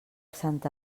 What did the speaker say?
santa